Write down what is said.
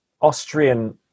Austrian